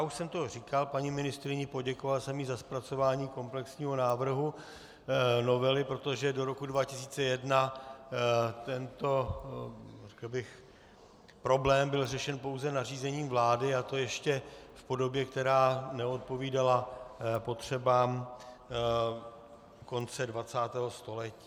Už jsem říkal paní ministryni, poděkoval jsem jí za zpracování komplexního návrhu novely, protože do roku 2001 tento problém byl řešen pouze nařízením vlády, a to ještě v podobě, která neodpovídala potřebám konce 20. století.